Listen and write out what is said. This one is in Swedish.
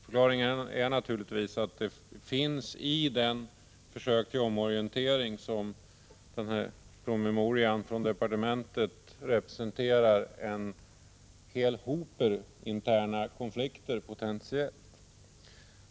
Förklaringen är naturligtvis att det i de försök till omorientering som promemorian från departementet representerar finns en hel hop potentiella interna konflikter inom socialdemokratin.